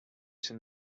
się